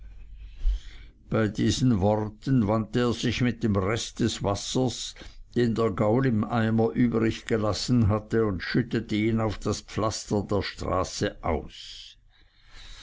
bei diesen worten wandte er sich mit dem rest des wassers den der gaul im eimer übriggelassen hatte und schüttete ihn auf das pflaster der straße aus